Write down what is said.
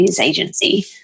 agency